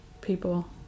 people